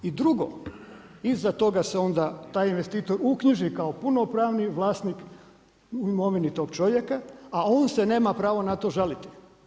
I drugo, iza toga se onda taj investitor uknjiži kao punopravni vlasnik imovine tog čovjeka, a on se nema pravo na to žaliti.